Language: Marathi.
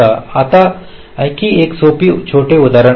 आता आणखी एक सोपी छोटी उदाहरण आहे